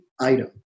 item